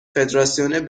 فدراسیون